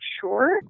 sure